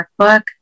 Workbook